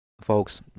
folks